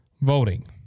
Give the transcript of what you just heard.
voting